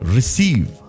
Receive